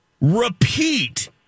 repeat